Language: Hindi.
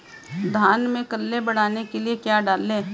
धान में कल्ले बढ़ाने के लिए क्या डालें?